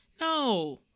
No